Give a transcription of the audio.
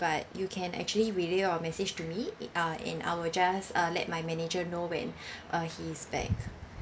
but you can actually relay your message to me it uh and I will just uh let my manager know when uh he's back